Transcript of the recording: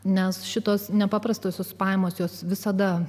nes šitos nepaprastosios pajamos jos visada